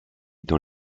dans